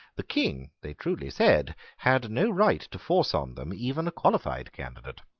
the king, they truly said, had no right to force on them even a qualified candidate.